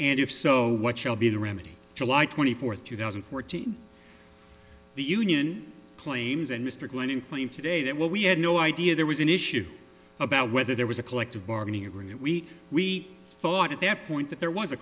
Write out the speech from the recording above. and if so what shall be the remedy july twenty fourth two thousand and fourteen the union claims and mr klein inflamed today that what we had no idea there was an issue about whether there was a collective bargaining agreement we we thought at that point that there was a